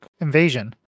invasion